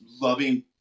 loving